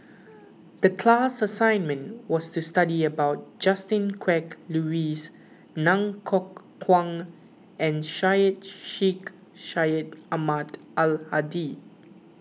the class assignment was to study about Justin Quek Louis Ng Kok Kwang and Syed Sheikh Syed Ahmad Al Hadi